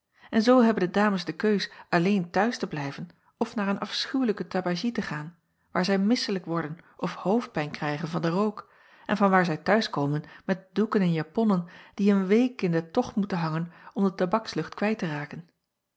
en zoo hebben de dames de keus alleen t huis te blijven of naar een afschuwelijke tabagie te gaan waar zij misselijk worden of hoofdpijn krijgen van den rook en van waar zij t huis komen met doeken en japonnen die een week in den tocht moeten hangen om de tabakslucht kwijt te raken